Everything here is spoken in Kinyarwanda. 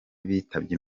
bitabye